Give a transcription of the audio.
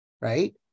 right